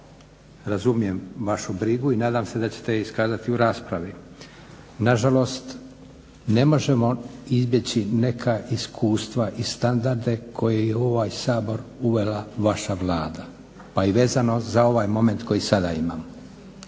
Razumijem vašu brigu i nadam se da ćete je iskazati u raspravi. Nažalost, ne možemo izbjeći neka iskustva i standarde koje je u ovaj Sabor uvela vaša vlada, a i vezano za ovaj moment koji sada imamo.